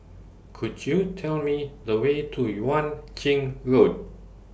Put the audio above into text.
Could YOU Tell Me The Way to Yuan Ching Road